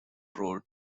road